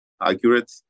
accurate